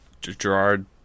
Gerard